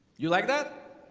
you like that?